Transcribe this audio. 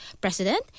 president